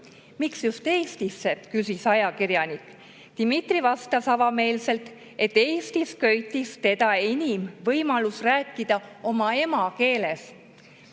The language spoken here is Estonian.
Miks just Eestisse, küsis ajakirjanik. Dmitri vastas avameelselt, et Eestis köitis teda enim võimalus rääkida oma emakeeles.